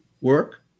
work